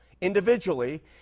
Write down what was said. individually